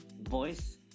voice